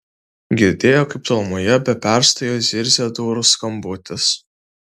girdėjo kaip tolumoje be perstojo zirzia durų skambutis